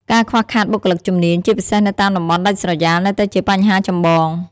ការខ្វះខាតបុគ្គលិកជំនាញ ជាពិសេសនៅតាមតំបន់ដាច់ស្រយាលនៅតែជាបញ្ហាចម្បង។